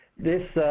this